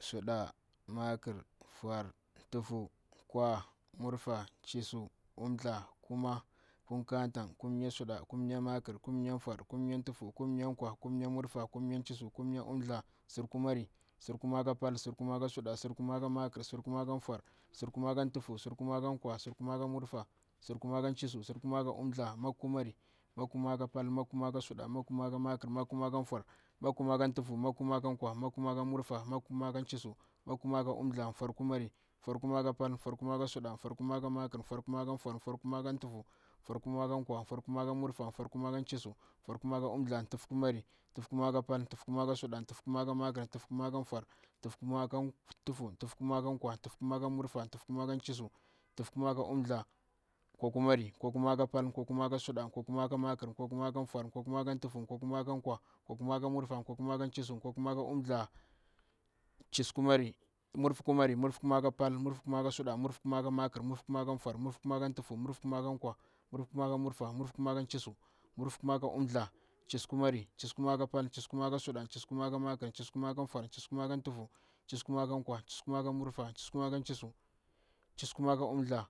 suɗa, makr, foar, tuhfu, nkwa, mmurfa, chiissuww, umthdla, kuma, kumka tang kummya suɗa, kummya makr, kummya foar, kummya tufu, kummya nkwa, kummya mmurfa, kummya chissuuw, kummya umthdal, suɗu kumari, suɗu kumari kal pal, suɗu kumari ka suɗum suɗu kumari ka makr, suɗu kumari ka foar, suɗu kumari ka tufu, suɗu kumari ka nkwa, suɗu kumari ka mmurfar, suɗu kumari ka chissuww, suɗu kumari ka umthdla. Mak kummari, mak kumari ka pal, mak kumari ka suɗu, mak kumari ka makr, mak kumari ka foar, mak kumari ka tuhfu, mak kumari ka nkwa, mak kumari ka mmurfa, mak kumari ka chiissuuw, mak kumari ka umthdla, foar kummari, foar kummari ka pal, foar kummari ka suɗu, foar kummari ka makr, foar kummari ka foar, foar kummari ka tuhfu, foar kummari ka nkwa, foar kummari ka mmurfah, foar kummari ka chissuuw, foar kummari ka umthdla, tuhf kummari, tuhfu kummari ka pal, tuhfu kummari ka suɗu, tuhfu kummari ka makr, tuhfu kummari ka nkwa, tuhfu kummari ka chiissuuw, tuhfu kummari ka umthdla; nkwa kummari, nkwa kummari ka pal, nkwa kummari ka suɗu, nkwa kummari ka makr, nkwa kummari ka mmurfa, nkwa kummari ka chiissuuw, nkwa kummari ka umthdla. Mmurfu kumari, mmurfu kumari ka pal, mmurfu kumari ka suɗa, mmurfu kumari ka makr, mmurfu kumari ka chiissuuw, mmurfu kumari ka umthdla, chiissuuw kummari, chiissuuw kummari ka pal, chiissuuw kummari ka suɗa, chiissuuw kummari ka makr, chiissuuw kummari ka foar, chiissuuw kummari ka tuhfu, chiissuuw kummari ka nkwa, chiissuuw kummari ka mmurfah, chiissuuw kummari ka chiissuuw, chiissuuw kummari ka umthdla.